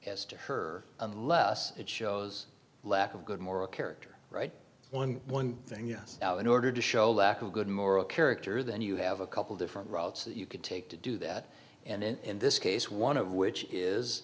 as to her unless it shows lack of good moral character right when one thing yes in order to show lack of good moral character then you have a couple different routes that you could take to do that and in this case one of which is